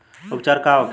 उपचार का होखे?